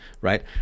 right